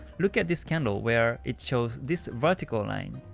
look at this candle where it shows this vertical line.